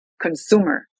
consumer